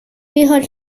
har